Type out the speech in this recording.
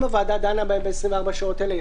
אם הוועדה דנה בהן ב-24 השעות האלה היא